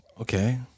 Okay